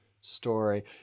story